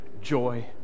joy